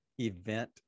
event